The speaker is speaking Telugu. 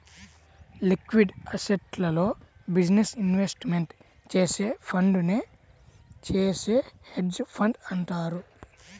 లిక్విడ్ అసెట్స్లో బిజినెస్ ఇన్వెస్ట్మెంట్ చేసే ఫండునే చేసే హెడ్జ్ ఫండ్ అంటారు